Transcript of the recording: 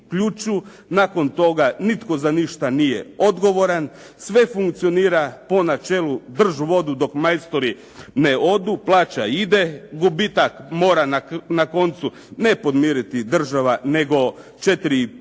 Nakon tog nitko za ništa nije odgovoran, sve funkcionira po načelu "drž vodu dok majstori ne odu", plaća ide, gubitak mora na koncu ne podmiriti država, nego 4,5